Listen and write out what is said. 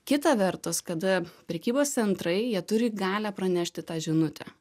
kita vertus kada prekybos centrai jie turi galią pranešti tą žinutę